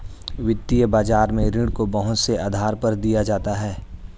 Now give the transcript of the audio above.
वित्तीय बाजार में ऋण को बहुत से आधार पर दिया जाता है